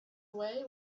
away